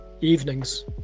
evenings